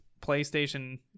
playstation